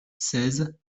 seize